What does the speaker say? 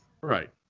Right